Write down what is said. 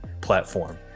platform